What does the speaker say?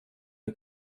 her